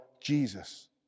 Jesus